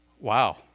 Wow